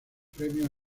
premios